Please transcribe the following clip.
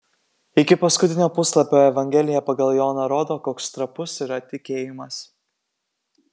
iki paskutinio puslapio evangelija pagal joną rodo koks trapus yra tikėjimas